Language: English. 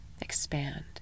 expand